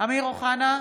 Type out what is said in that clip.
אמיר אוחנה,